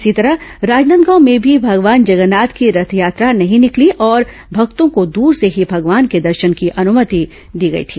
इसी तरह राजनांदगांव में भी भगवान जगन्नाथ की रथयात्रा नहीं निकली और भक्तों को दूर से ही भगवान के दर्शन की अनुमति दी गई थी